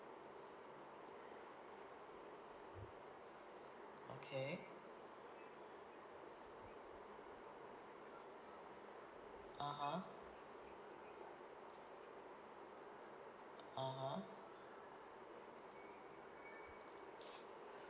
okay (uh huh) (uh huh)